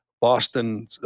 Boston